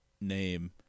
name